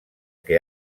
que